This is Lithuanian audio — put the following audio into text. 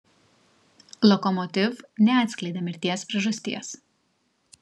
lokomotiv neatskleidė mirties priežasties